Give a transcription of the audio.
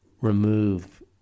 remove